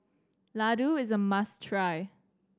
Ladoo is a must try